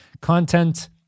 content